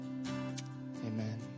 amen